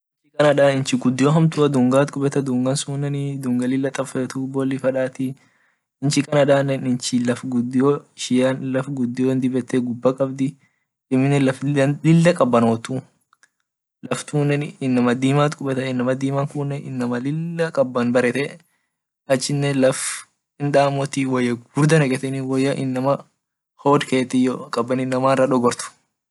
Canada inchi gudio hamtua dungat kubeta dungasunne lila tabeti bolifa dati inchi canada gudete guba qabd amine laf lila qabanot laftune inama dimat kubeta inama dimakunne inama lila qaban baret achine lafti hindamoti woya gugurda neketeni taa inama hodket iyo qaban inamara dogort.